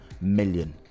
million